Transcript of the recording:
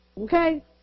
Okay